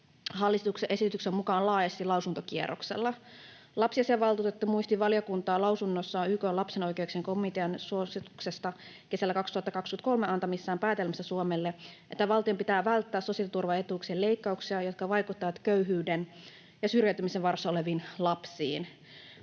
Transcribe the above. hallituksen esityksen mukaan laajasti lausuntokierroksella. Lapsiasiavaltuutettu muistutti valiokuntaa lausunnossaan YK:n lapsen oikeuksien komitean suosituksissaan kesällä 2023 antamista päätelmistä Suomelle, että valtion pitää välttää sosiaaliturvaetuuksien leikkauksia, jotka vaikuttavat köyhyyden ja syrjäytymisen vaarassa oleviin lapsiin.